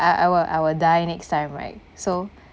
I I will I will die next time right so